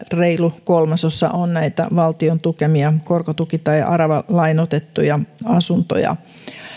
reilu kolmasosa on näitä valtion tukemia korkotuki tai aravalainoitettuja asuntoja